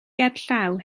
gerllaw